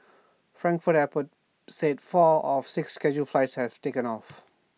Frankfurt airport said four of six scheduled flights had taken off